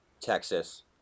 Texas